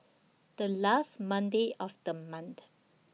The last Monday of The month